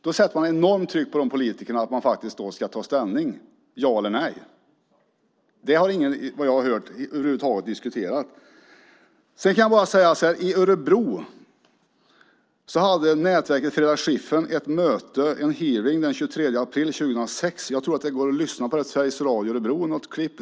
Då sätter man enormt tryck på de politikerna att ta ställning för eller emot uranbrytning. Detta har jag inte hört att någon över huvud taget har diskuterat i dag. I Örebro hade nätverket Freda Skiffern ett möte, en hearing, den 23 april 2006. Jag tror att det går att lyssna på det i ett klipp i Sveriges radio Örebro.